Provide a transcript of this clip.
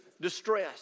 distress